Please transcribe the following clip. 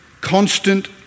Constant